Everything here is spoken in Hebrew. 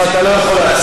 לא, אתה לא יכול להציע.